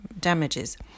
damages